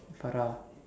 Farah